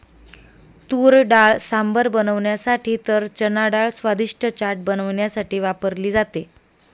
तुरडाळ सांबर बनवण्यासाठी तर चनाडाळ स्वादिष्ट चाट बनवण्यासाठी वापरली जाते